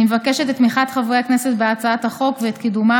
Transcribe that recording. אני מבקשת את תמיכת חברי הכנסת בהצעת החוק ואת קידומה